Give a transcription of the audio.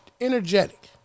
energetic